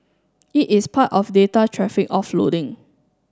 it is part of data traffic offloading